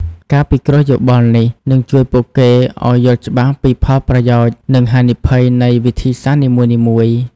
ការពិគ្រោះយោបល់នេះនឹងជួយពួកគេឲ្យយល់ច្បាស់ពីផលប្រយោជន៍ និងហានិភ័យនៃវិធីសាស្ត្រនីមួយៗ។